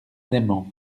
leyment